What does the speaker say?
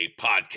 Podcast